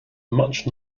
much